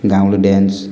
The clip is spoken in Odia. ଗାଉଁଲି ଡ଼୍ୟାନ୍ସ